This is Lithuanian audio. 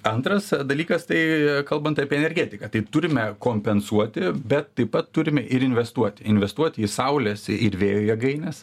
antras dalykas tai kalbant apie energetiką tai turime kompensuoti bet taip pat turime ir investuoti investuoti į saulės ir vėjo jėgaines